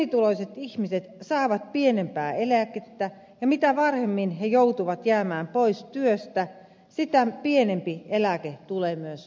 pienituloiset ihmiset saavat pienempää eläkettä ja mitä varhemmin he joutuvat jäämään pois työstä sitä pienempi eläke tulee myös olemaan